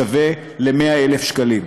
השווה ל-100,000 שקלים,